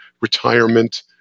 retirement